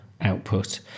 output